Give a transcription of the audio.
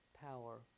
power